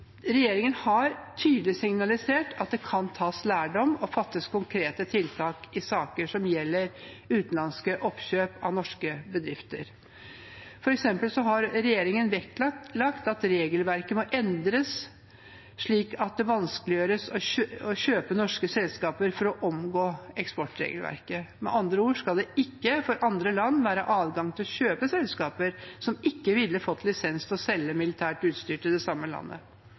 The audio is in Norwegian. konkrete tiltak i saker som gjelder utenlandske oppkjøp av norske bedrifter. For eksempel har regjeringen vektlagt at regelverket må endres slik at det vanskeliggjøres å kjøpe norske selskaper for å omgå eksportregelverket. Med andre ord skal det ikke for andre land være adgang til å kjøpe selskaper som ikke ville fått lisens til å selge militært utstyr til det samme landet.